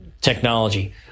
technology